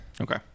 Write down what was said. Okay